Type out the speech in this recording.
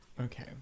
Okay